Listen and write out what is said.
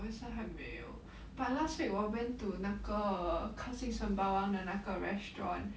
我也是还没有 but last week 我 went to 那个靠近 sembawang 的那个 restaurant